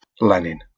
Lenin